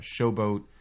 Showboat